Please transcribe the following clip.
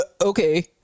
okay